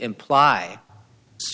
imply